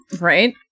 Right